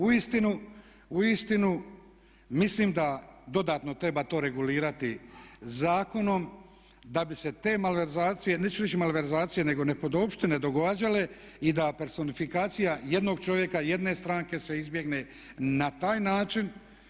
Uistinu mislim da dodatno treba to regulirati zakonom da bi se te malverzacije, neću reći malverzacije nego nepodopštine događale i da personifikacija jednog čovjeka, jedne stranke se izbjegne na taj način.